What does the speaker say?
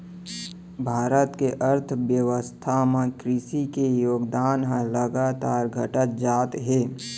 भारत के अर्थबेवस्था म कृसि के योगदान ह लगातार घटत जात हे